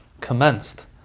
commenced